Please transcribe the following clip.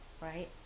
right